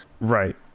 right